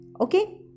okay